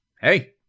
hey